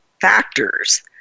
factors